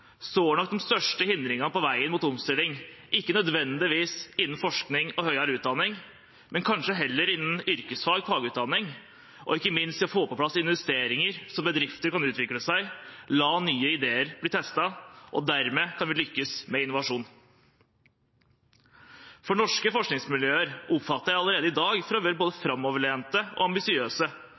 største hindringen på veien mot omstilling ikke nødvendigvis er innen forskning og høyere utdanning, men kanskje heller innen yrkesfag, fagutdanning, og ikke minst i å få på plass investeringer så bedrifter kan utvikle seg, la nye ideer bli testet – og dermed kan vi lykkes med innovasjon. For norske forskningsmiljøer oppfatter jeg allerede i dag som både framoverlente og ambisiøse